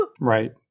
right